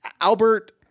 Albert